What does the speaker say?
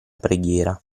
preghiera